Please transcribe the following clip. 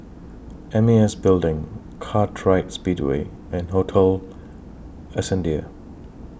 M A S Building Kartright Speedway and Hotel Ascendere